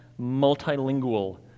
multilingual